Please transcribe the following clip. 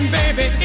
baby